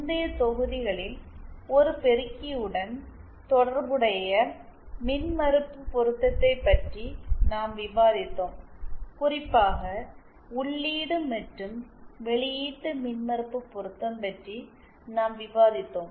முந்தைய தொகுதிகளில் ஒரு பெருக்கியுடன் தொடர்புடைய மின்மறுப்பு பொருத்தத்தைப் பற்றி நாம் விவாதித்தோம் குறிப்பாக உள்ளீடு மற்றும் வெளியீட்டு மின்மறுப்பு பொருத்தம் பற்றி நாம் விவாதித்தோம்